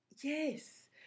Yes